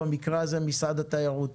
ובמקרה הזה של משרד התיירות.